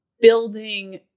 building